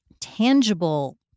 tangible